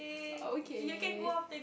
okay